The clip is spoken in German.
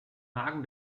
magen